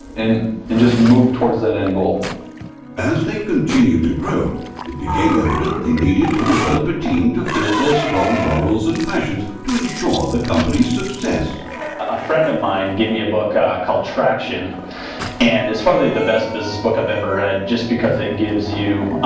and and just move towards that end goal. narrator as they continue to grow it became evident they needed to develop a team to fit their strong morals and passions to ensure the company's success. brady a friend of mine gave me a book ah called traction and it's probably the best business book i've ever read just because it gives you